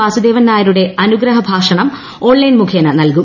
വാസുദേവൻനായരുടെ അനുഗ്രഹ ഭാഷണം ഓൺലൈൻ മുഖേന നൽകും